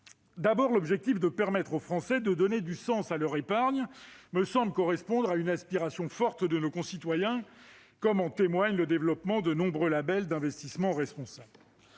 D'abord, l'objectif de permettre aux Français de donner du sens à leur épargne correspond à une aspiration forte de nos concitoyens, comme en témoigne le développement de nombreux labels d'investissement responsable.